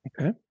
Okay